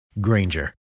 Granger